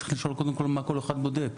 צריך לשאול קודם כול מה כל אחד בודק.